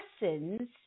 lessons